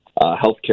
healthcare